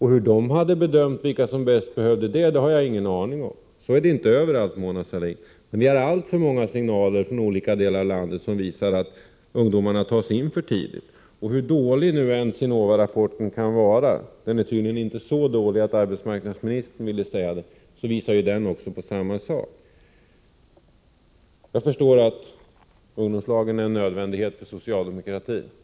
Hur man hade bedömt vilka som bäst behövde det har jag ingen aning om. Så är det inte överallt, Mona Sahlin, men det är alltför många signaler från olika delar av landet som visar att ungdomarna tas in för tidigt. Och hur dålig nu Sinova-rapporten än kan vara — den är tydligen inte så dålig att arbetsmarknadsministern ville säga det — visar den på samma sak. Jag förstår att ungdomslagen är en nödvändighet för socialdemokratin.